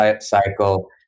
cycle